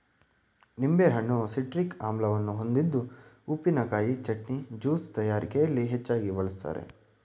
ನಿಂಬೆಹಣ್ಣು ಸಿಟ್ರಿಕ್ ಆಮ್ಲವನ್ನು ಹೊಂದಿದ್ದು ಉಪ್ಪಿನಕಾಯಿ, ಚಟ್ನಿ, ಜ್ಯೂಸ್ ತಯಾರಿಕೆಯಲ್ಲಿ ಹೆಚ್ಚಾಗಿ ಬಳ್ಸತ್ತರೆ